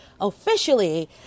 officially